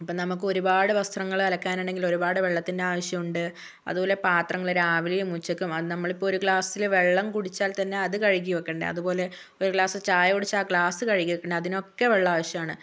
ഇപ്പം നമ്മൾക്ക് ഒരുപാട് വസ്ത്രങ്ങൾ അലക്കാൻ ഉണ്ടെങ്കിൽ ഒരുപാട് വെള്ളത്തിന്റെ ആവശ്യമുണ്ട് അതുപോലെ പാത്രങ്ങള് രാവിലെയും ഉച്ചയ്ക്കും അത് നമ്മള് ഒരു ഗ്ലാസ്സില് വെള്ളം കുടിച്ചാൽ തന്നെ അതും കഴുകി വയ്ക്കണ്ടേ അതുപോലെ ഒരു ഗ്ലാസ് ചായ കുടിച്ചാൽ ആ ഗ്ലാസ് കഴുകി വയ്ക്കണ്ടേ അതിനൊക്കെ വെള്ളം ആവശ്യമാണ്